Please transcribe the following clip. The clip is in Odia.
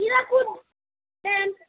ହୀରାକୁଦ ଡ୍ୟାମ୍